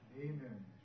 Amen